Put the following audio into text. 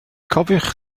cofiwch